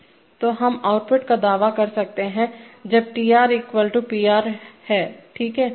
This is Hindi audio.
तो हम आउटपुट का दावा कर सकते हैं जब TR PR ठीक है